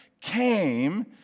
came